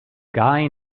guy